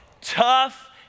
tough